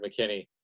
McKinney